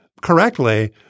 correctly